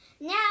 Now